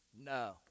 No